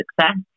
success